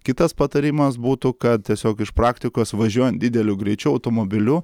kitas patarimas būtų kad tiesiog iš praktikos važiuojant dideliu greičiu automobiliu